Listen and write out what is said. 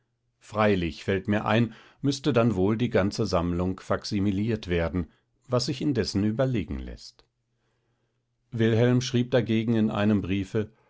freilich fällt mir ein müßte dann wohl die ganze sammlung faksimiliert werden was sich indessen überlegen läßt wilhelm schrieb dagegen in einem briefe